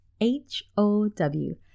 H-O-W